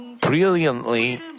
brilliantly